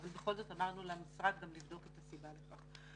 אבל בכל זאת אמרנו למשרד גם לבדוק את הסיבה לכך.